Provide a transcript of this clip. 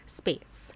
space